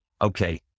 Okay